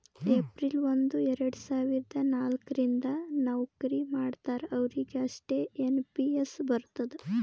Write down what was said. April ಒಂದು ಎರಡ ಸಾವಿರದ ನಾಲ್ಕ ರಿಂದ್ ನವ್ಕರಿ ಮಾಡ್ತಾರ ಅವ್ರಿಗ್ ಅಷ್ಟೇ ಎನ್ ಪಿ ಎಸ್ ಬರ್ತುದ್